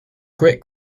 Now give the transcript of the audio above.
grit